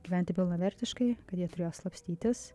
gyventi pilnavertiškai kad jie turėjo slapstytis